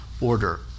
order